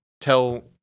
tell